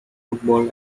football